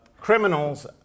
criminals